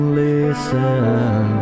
listen